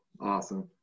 Awesome